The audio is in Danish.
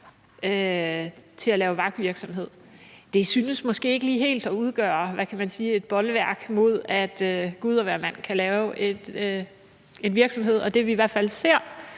til at lave vagtvirksomhed. Det synes måske ikke lige helt at udgøre, hvad kan man sige, et bolværk mod, at gud og hvermand kan lave en virksomhed, og det, som branchen